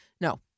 No